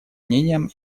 мнением